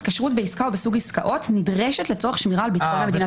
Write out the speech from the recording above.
התקשרות בעסקה או בסוג עסקאות נדרשת לצורך שמירה על ביטחון המדינה,